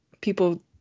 people